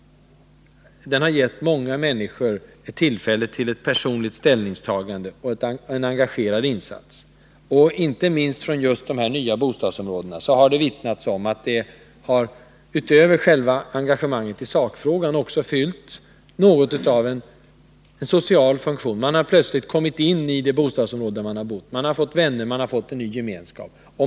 Den har givit många människor tillfälle till ett personligt ställningstagande och en engagerad insats. Inte minst från de nya bostadsområdena har det vittnats om att detta arbete, utöver själva engagemanget i sakfrågan, också har fyllt något av en social funktion. Man har plötsligt känt sig hemma i det bostadsområde där man bor, man har fått nya vänner och en ny gemenskap.